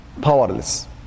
Powerless